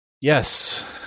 Yes